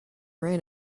ran